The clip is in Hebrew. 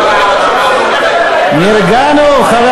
נרגענו, חבר